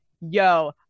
yo